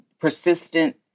persistent